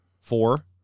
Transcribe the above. Four